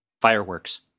fireworks